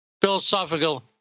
philosophical